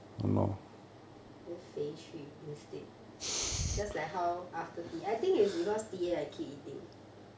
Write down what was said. then 肥去 instead just like how after tea I think it's because tea break I keep eating